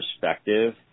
perspective